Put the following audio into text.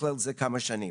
מתכלל את זה כמה שנים.